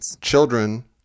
children